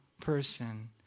person